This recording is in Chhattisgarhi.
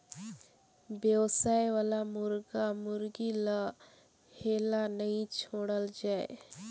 बेवसाय वाला मुरगा मुरगी ल हेल्ला नइ छोड़ल जाए